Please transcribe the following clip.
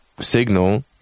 signal